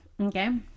Okay